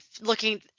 looking